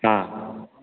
ହଁ